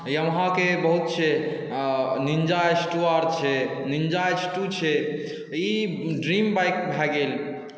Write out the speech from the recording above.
यामाहाके बहुत छै Ninja H two R छै निन्जा एच टू छै ई ड्रीम बाइक भऽ गेल